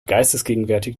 geistesgegenwärtig